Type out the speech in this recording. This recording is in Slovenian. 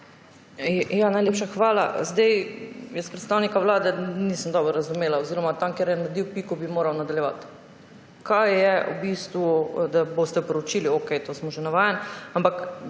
Najlepša hvala. Predstavnika Vlade nisem dobro razumela oziroma tam, kjer je naredil piko, bi moral nadaljevati. Kaj je v bistvu – da boste proučili, okej tega smo že navajeni – da